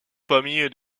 famille